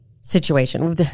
situation